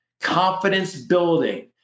confidence-building